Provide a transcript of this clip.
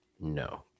No